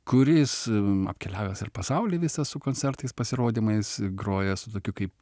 kuris apkeliavęs ir pasaulį visą su koncertais pasirodymais grojęs su tokiu kaip